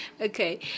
Okay